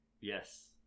Yes